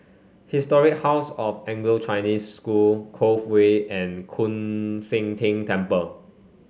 Historic House of Anglo Chinese School Cove Way and Koon Seng Ting Temple